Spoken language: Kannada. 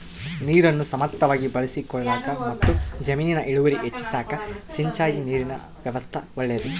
ನೀರನ್ನು ಸಮರ್ಥವಾಗಿ ಬಳಸಿಕೊಳ್ಳಾಕಮತ್ತು ಜಮೀನಿನ ಇಳುವರಿ ಹೆಚ್ಚಿಸಾಕ ಸಿಂಚಾಯಿ ನೀರಿನ ವ್ಯವಸ್ಥಾ ಒಳ್ಳೇದು